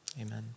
Amen